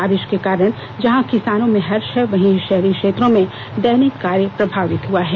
बारिश के कारण जहां किसानों में हर्ष है वहीं शहरी क्षेत्रों में दैनिक कार्य प्रभावित हुआ है